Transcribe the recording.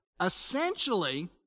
essentially